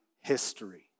history